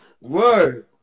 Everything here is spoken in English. Word